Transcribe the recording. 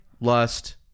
lust